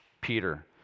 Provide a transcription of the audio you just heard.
Peter